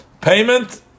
payment